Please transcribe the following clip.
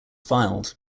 filed